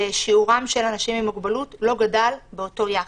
ושיעורם של אנשים עם מוגבלות לא גדל באותו יחס.